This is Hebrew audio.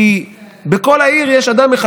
כי בכל העיר יש אדם אחד.